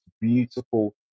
beautiful